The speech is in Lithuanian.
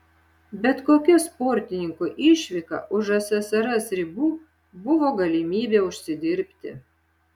bet kokia sportininko išvyka už ssrs ribų buvo galimybė užsidirbti